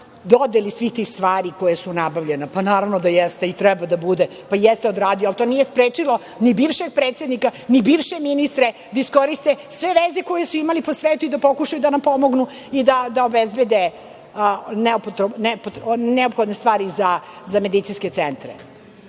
dodeli svih tih stvari koje su nabavljene. Naravno da jeste. I treba da bude. Jeste odradio. To nije sprečilo ni bivšeg predsednika, ni bivše ministre da iskoriste sve veze koje su imali po svetu i da pokušaju da nam pomognu i da obezbede neophodne stvari za medicinske centre.